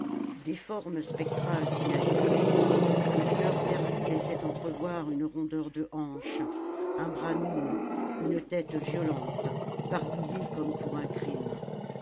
des formes spectrales s'y agitaient les lueurs perdues laissaient entrevoir une rondeur de hanche un bras noueux une tête violente barbouillée comme pour un crime